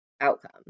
outcome